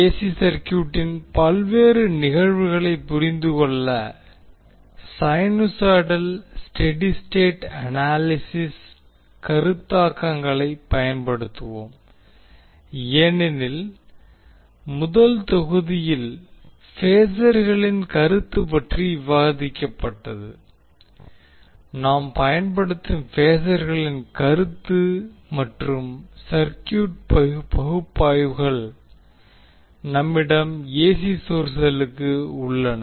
AC சர்க்யூட்டின் பல்வேறு நிகழ்வுகளைப் புரிந்துகொள்ள சைனூசாய்டல் ஸ்டெடி ஸ்டேட் அனாலிசிஸ் கருத்தாக்கங்களைப் பயன்படுத்துவோம் ஏனெனில் முதல் தொகுதியில் பேஸர்களின் கருத்து பற்றி விவாதிக்கப்பட்டது நாம் பயன்படுத்தும் பேஸர்களின் கருத்து மற்றும் சர்கியூட் பகுப்பாய்வுகள் நம்மிடம் ஏசி சோர்ஸ்களுக்கு உள்ளன